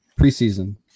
preseason